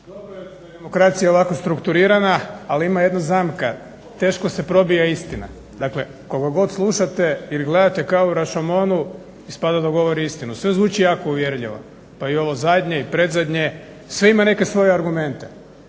Dobro je da je demokracija ovako strukturirana, ali ima jedna zamka, teško se probija istina. Dakle, koga god slušate ili gledate kao … ispada da govori istinu. Sve zvuči jako uvjerljivo pa i ovo zadnje, predzadnje sve ima neke svoje argumente